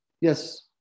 Yes